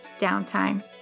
Downtime